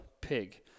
Pig